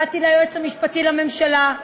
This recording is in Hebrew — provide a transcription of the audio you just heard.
באתי ליועץ המשפטי לממשלה,